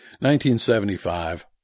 1975